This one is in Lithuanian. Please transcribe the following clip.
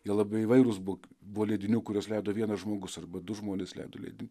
jie labai įvairūs buvo buvo leidinių kuriuos leido vienas žmogus arba du žmonės leido leidinį